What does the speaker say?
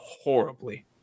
Horribly